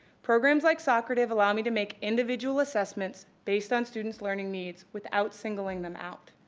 programs like socrative allow me to make individual assessments based on students' learning needs without singling them out.